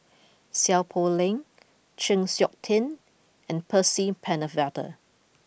Seow Poh Leng Chng Seok Tin and Percy Pennefather